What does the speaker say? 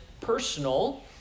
personal